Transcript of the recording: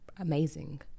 amazing